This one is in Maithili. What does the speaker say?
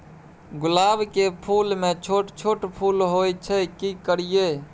गुलाब के फूल में छोट छोट फूल होय छै की करियै?